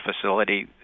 facility